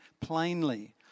plainly